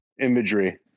Imagery